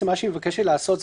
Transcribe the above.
מה שהיא מבקשת לעשות,